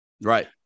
Right